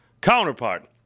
Counterpart